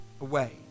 away